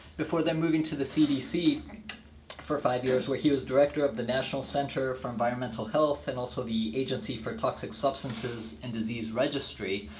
before then moving to the cdc for five years, where he was director of the national center for environmental health, and also the agency for toxic substances and disease registry.